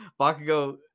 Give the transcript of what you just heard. Bakugo